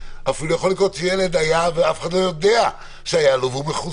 אפילו יכול להיות שילד חלה ואף אחד לא יודע ואז יש לו נוגדנים.